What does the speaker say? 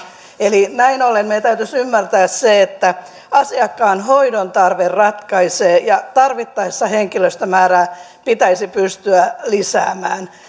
eli näin ollen meidän täytyisi ymmärtää se että asiakkaan hoidon tarve ratkaisee ja tarvittaessa henkilöstömäärää pitäisi pystyä lisäämään